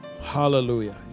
Hallelujah